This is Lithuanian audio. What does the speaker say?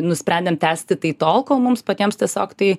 nusprendėm tęsti tai tol kol mums patiems tiesiog tai